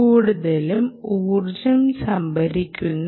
കൂടുതലും ഊർജ്ജം സംഭരിക്കുന്നവ